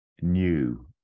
new